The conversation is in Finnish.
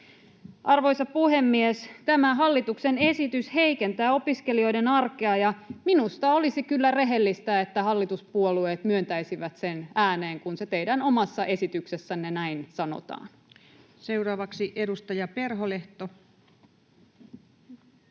Arvoisa puhemies! Tämä hallituksen esitys heikentää opiskelijoiden arkea, ja minusta olisi kyllä rehellistä, että hallituspuolueet myöntäisivät sen ääneen, kun teidän omassa esityksessänne näin sanotaan. [Speech 43] Speaker: